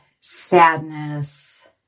sadness